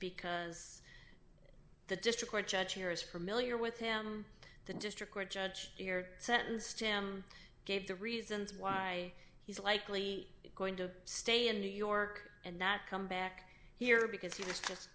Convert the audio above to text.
because the district judge here is for mill year with him the district court judge sentenced him gave the reasons why he's likely going to stay in new york and not come back here because he was just